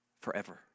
forever